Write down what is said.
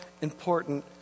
important